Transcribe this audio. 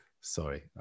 Sorry